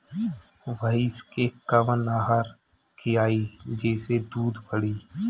भइस के कवन आहार खिलाई जेसे दूध बढ़ी?